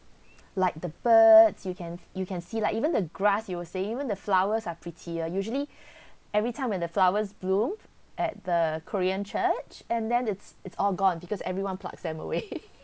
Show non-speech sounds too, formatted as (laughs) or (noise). like the birds you can you can see like even the grass you were saying even the flowers are prettier usually every time when the flowers bloom at the korean church and then it's it's all gone because everyone plucks them away (laughs)